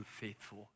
faithful